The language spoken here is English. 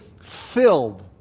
filled